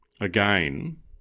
again